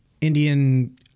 Indian